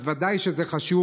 אז ודאי שזה חשוב.